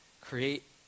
create